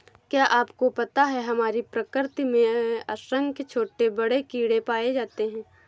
क्या आपको पता है हमारी प्रकृति में असंख्य छोटे बड़े कीड़े पाए जाते हैं?